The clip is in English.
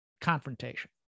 confrontation